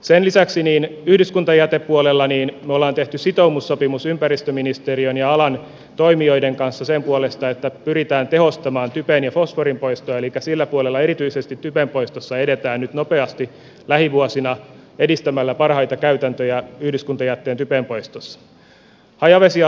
sen lisäksi yhdyskuntajätepuolella me olemme tehneet sitoumussopimuksen ympäristöministeriön ja alan toimijoiden kanssa sen puolesta että pyritään tehostamaan typen ja fosforin poistoa elikkä sillä puolella erityisesti typenpoistossa edetään nyt lähivuosina nopeasti edistämällä parhaita käytäntöjä yhdyskuntajätteen typenpoistossa